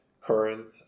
current